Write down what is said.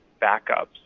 backups